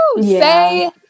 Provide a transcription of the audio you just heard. Say